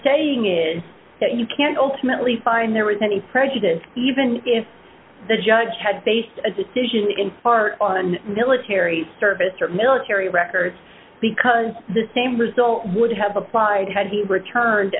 saying is that you can't ultimately find there was any prejudice even if the judge had based a decision in part on military service or military records because the same result would have applied had he returned